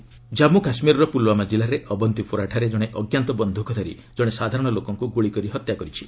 JK killed Jammu କାଶ୍କୀରର ପୁଲ୍ୟୁମା ଜିଲ୍ଲାରେ ଅବନ୍ତିପୁରାଠାରେ ଜଣେ ଅଜ୍ଞାତ ବନ୍ଧ୍ରକଧାରୀ ଜଣେ ସାଧାରଣ ଲୋକଙ୍କ ଗ୍ରଳିକରି ହତ୍ୟା କରିଛି